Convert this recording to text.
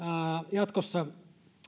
jatkossa